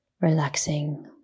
relaxing